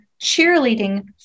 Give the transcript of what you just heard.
cheerleading